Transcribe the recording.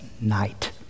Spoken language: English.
night